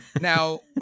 now